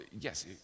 yes